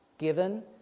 given